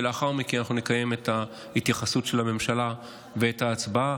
ולאחר מכן אנחנו נקיים את ההתייחסות של הממשלה ואת ההצבעה.